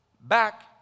back